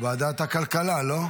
ועדת הכלכלה, לא?